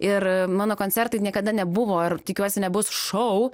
ir mano koncertai niekada nebuvo ar tikiuosi nebus šou